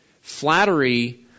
Flattery